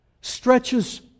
stretches